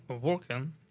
Working